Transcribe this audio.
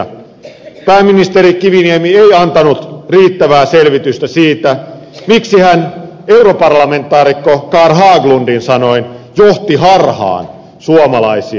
pääministeri kiviniemi ei antanut riittävää selvitystä siitä miksi hän europarlamentaarikko carl haglundin sanoin johti harhaan suomalaisia